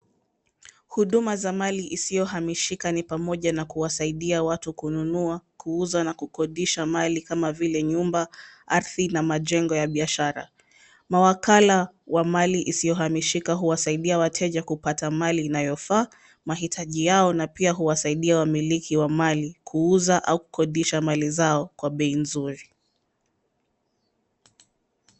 Huduma za mali isiyohamishika ni pamoja na kuwasaidia watu kununua, kuuza na kukodisha mali kama vile nyumba, ardhi na majengo ya biashara. Mawakala wa mali isiyohamishika huwasaidia wateja kupata mali inayofaa, mahitaji yao na pia huwasaidia wamiliki wa mali kuuza au kukodisha mali zao kwa bei nzuri.